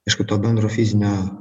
aišku to bendro fizinio